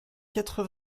quatre